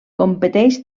competeix